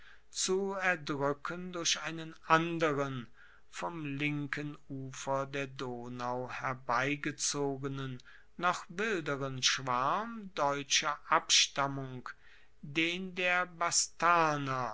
zu erdruecken durch einen anderen vom linken ufer der donau herbeigezogenen noch wilderen schwarm deutscher abstammung den der bastarner